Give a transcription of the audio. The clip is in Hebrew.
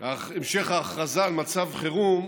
המשך ההכרזה על מצב חירום,